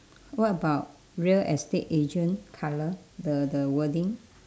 what about real estate agent colour the the wording